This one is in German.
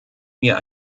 mir